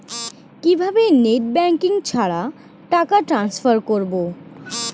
কিভাবে net banking ছাড়া টাকা ট্রান্সফার করবো?